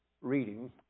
reading